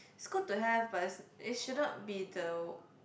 it's good to have but it's it should not be the